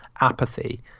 apathy